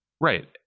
Right